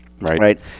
right